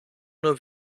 nur